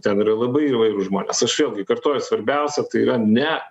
ten yra labai įvairūs žmonės aš vėlgi kartoju svarbiausia tai yra ne